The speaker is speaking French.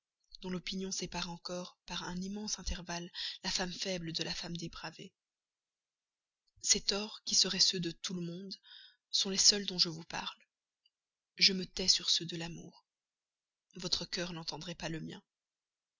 dont l'opinion sépare encore par un immense intervalle la femme faible de la femme dépravée ces torts qui seraient ceux de tout le monde sont les seuls dont je vous parle je me tais sur ceux de l'amour votre cœur n'entendrait pas le mien